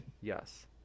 Yes